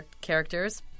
characters